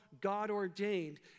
God-ordained